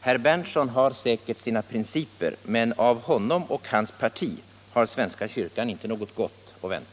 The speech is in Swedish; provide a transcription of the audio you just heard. Herr Berndtson har säkert sina principer, men av honom och hans parti har svenska kyrkan inte något gott att vänta.